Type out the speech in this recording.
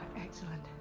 excellent